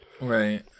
Right